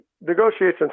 negotiations